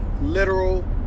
literal